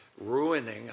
ruining